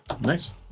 Nice